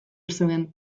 zuen